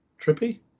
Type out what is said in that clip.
Trippy